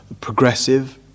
progressive